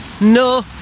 No